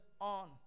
on